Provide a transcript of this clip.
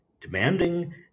demanding